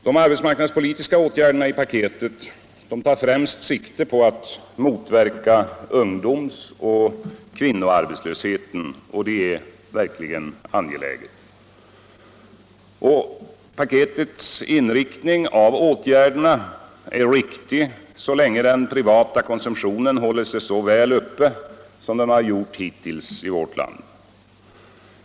De arbetsmarknadspolitiska åtgärderna i paketet tar främst sikte på att motverka ungdomsoch kvinnoarbetslösheten. Det är verkligen angeläget. Paketets inriktning av åtgärderna är riktig så länge den privata konsumtionen håller sig så väl uppe som den har gjort hittills i vårt land.